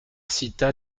cita